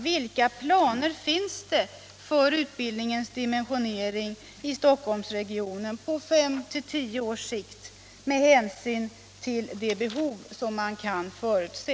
Vilka planer finns det för utbildningens dimensionering i Stockholmsregionen på 5-10 års sikt med hänsyn till det behov som man kan förutse?